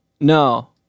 No